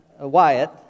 Wyatt